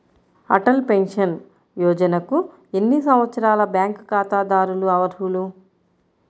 Atal pension యోజనకు ఎన్ని సంవత్సరాల బ్యాంక్ ఖాతాదారులు అర్హులు?